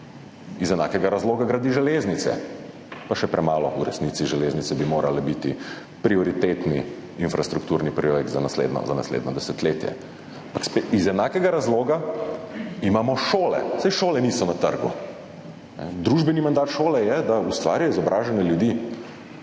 Iz enakega razloga gradi železnice. Pa še premalo v resnici, železnice bi morale biti prioritetni infrastrukturni projekt za naslednje desetletje. Iz enakega razloga imamo šole. Saj šole niso na trgu, družbeni mandat šole je, da ustvarja izobražene ljudi,